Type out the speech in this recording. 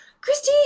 Christy